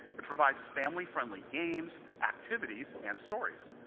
it provides family-friendly games, activities, and stories.